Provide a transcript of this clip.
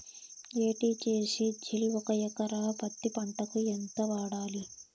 ఎ.టి.జి.సి జిల్ ఒక ఎకరా పత్తి పంటకు ఎంత వాడాలి?